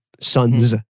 Sons